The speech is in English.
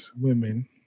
women